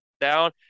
down